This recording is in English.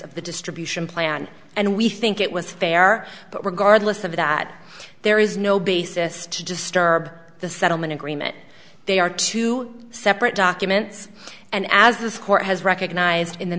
of the distribution plan and we think it was they are but regardless of that there is no basis to disturb the settlement agreement they are two separate documents and as this court has recognized in the